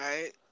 right